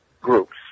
groups